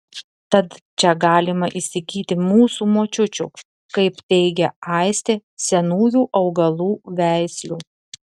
tad čia galima įsigyti mūsų močiučių kaip teigia aistė senųjų augalų veislių